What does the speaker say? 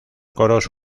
coros